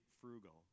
frugal